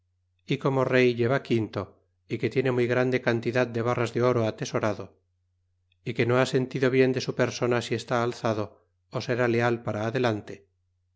é como rey llevaba quinto y que tiene muy grande cantidad de barras de oro atesorado y que no ha sentido bien de su persona si está alzado ó será leal para adelante